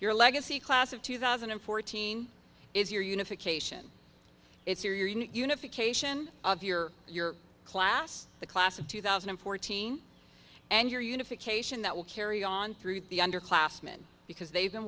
your legacy class of two thousand and fourteen is your unification it's your unification of your your class the class of two thousand and fourteen and your unification that will carry on through the underclassman because they've been